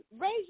raise